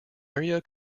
area